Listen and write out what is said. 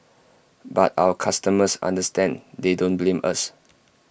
but our customers understand they don't blame us